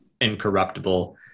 incorruptible